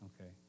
okay